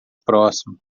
próximo